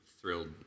thrilled